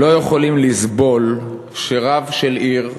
לא יכולים לסבול שרב של עיר,